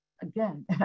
again